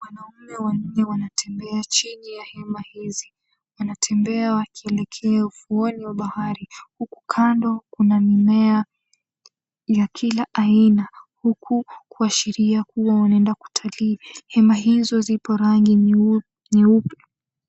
Wanaume wanne wanatembea chini ya hema hizi. Wanatembea wakielekea ufuoni wa bahari, huku kando kuna mimea ya kila aina, huku kuashiria kuwa wanaenda kutalii. Hema hizo zipo rangi nyeupe.